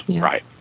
right